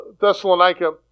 Thessalonica